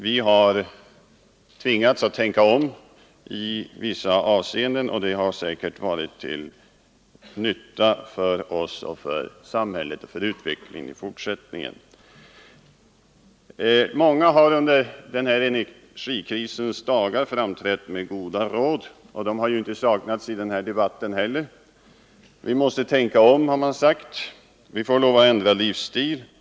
Vi har tvingats att tänka om i vissa avseenden och det har säkert varit till nytta för oss och för samhället och för utvecklingen i fortsättningen. Många har under energikrisens dagar framträtt med goda råd. De har inte saknats i den här debatten heller. Vi måste tänka om, har man sagt. Vi får lov att ändra livsstil.